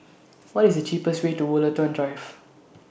What IS The cheapest Way to Woollerton Drive